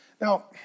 Now